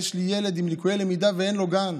יש לי ילד עם ליקויי למידה ואין לו גן.